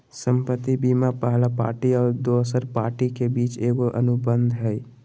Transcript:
संपत्ति बीमा पहला पार्टी और दोसर पार्टी के बीच एगो अनुबंध हइ